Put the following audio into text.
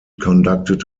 conducted